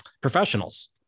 professionals